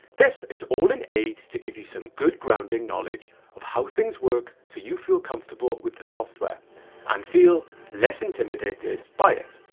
this is all in aid to give you some good grounding knowledge of how things work so you feel comfortable with the software and feel less intimidated by it.